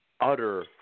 utter